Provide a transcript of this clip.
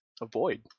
Avoid